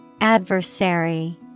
Adversary